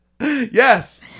yes